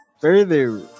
further